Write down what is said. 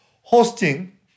Hosting